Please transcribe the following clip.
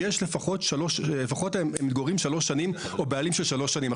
שמתגוררים לפחות שנים או בעלים של שלוש שנים.